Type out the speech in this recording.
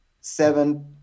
seven